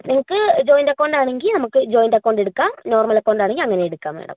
നിങ്ങൾക്ക് joint account ആണെങ്കിൽ നമ്മൾക്ക് ജോയിന്റ് അക്കൌണ്ട് എടുക്കാം നോർമൽ അക്കൌണ്ട് ആണെങ്കിൽ അങ്ങനെയും എടുക്കാം മാഡം